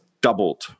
doubled